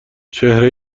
چهره